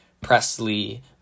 Presley